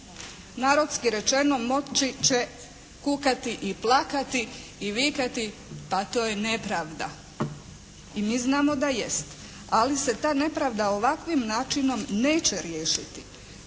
Narodski rečeno moći će kukati i plakati i vikati: «Pa to je nepravda!». I mi znamo da jest ali se ta nepravda ovakvim načinom neće riješiti.